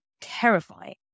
terrifying